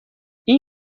این